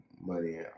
money